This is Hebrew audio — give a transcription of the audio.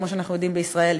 כמו שאנחנו יודעים בישראל,